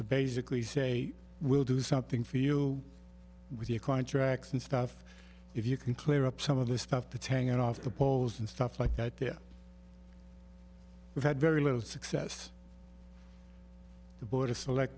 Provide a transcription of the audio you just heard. basically say we'll do something for you with your contracts and stuff if you can clear up some of this stuff to tang it off the poles and stuff like that there we had very little success the board of select